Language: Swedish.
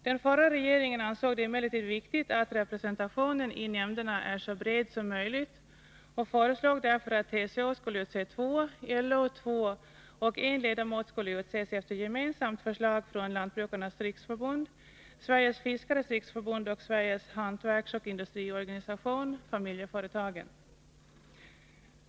Den förra regeringen ansåg det emellertid viktigt att representationen i nämnderna var så bred som möjligt och föreslog därför att TCO skulle föreslå två ledamöter och LO två samt att en ledamot skulle utses efter gemensamt förslag från Lantbrukarnas riksförbund, Sveriges fiskares riksförbund och Sveriges hantverksoch industriorganisation-Familjeföretagen.